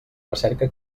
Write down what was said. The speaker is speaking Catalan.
recerca